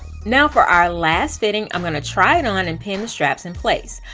now for our last fitting, i'm going to try it on and pin the straps in place.